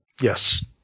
Yes